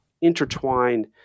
intertwined